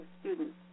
students